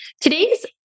today's